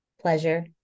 pleasure